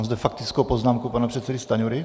Mám zde faktickou poznámku pana předsedy Stanjury.